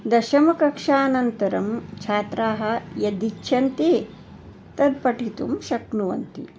दशमकक्षानन्तरं छात्राः यदिच्छन्ति तत् पठितुं शक्नुवन्ति